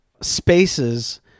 spaces